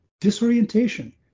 disorientation